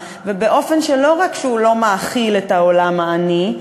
ובאופן שלא רק שהוא לא מאכיל את העולם העני,